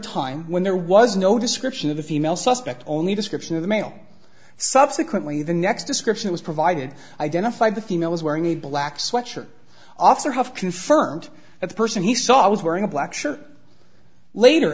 time when there was no description of the female suspect only a description of the male subsequently the next description was provided identified the female was wearing a black sweatshirt officer have confirmed that the person he saw was wearing a black shirt later